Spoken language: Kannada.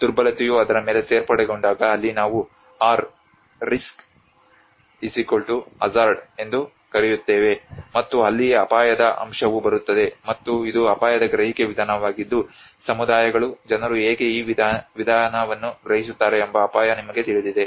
ದುರ್ಬಲತೆಯು ಅದರ ಮೇಲೆ ಸೇರ್ಪಡೆಗೊಂಡಾಗ ಅಲ್ಲಿ ನಾವು R ರಿಸ್ಕ್ ಹಜಾರ್ಡ್ ಎಂದು ಕರೆಯುತ್ತೇವೆ ಮತ್ತು ಅಲ್ಲಿಯೇ ಅಪಾಯದ ಅಂಶವು ಬರುತ್ತದೆ ಮತ್ತು ಇದು ಅಪಾಯದ ಗ್ರಹಿಕೆ ವಿಧಾನವಾಗಿದ್ದು ಸಮುದಾಯಗಳು ಜನರು ಹೇಗೆ ಈ ವಿಧಾನವನ್ನು ಗ್ರಹಿಸುತ್ತಾರೆ ಎಂಬ ಅಪಾಯ ನಿಮಗೆ ತಿಳಿದಿದೆ